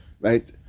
right